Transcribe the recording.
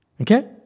Okay